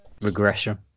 regression